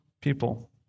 people